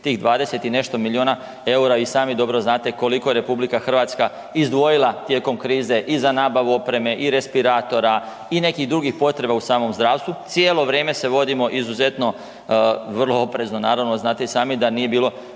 20 i nešto milijuna eura i sami dobro znate koliko RH izdvojila tijekom krize i za nabavu opreme i respiratora i nekih drugih potreba u samom zdravstvu. Cijelo vrijeme se vodimo izuzetno vrlo oprezno, naravno znate i sami da nije bilo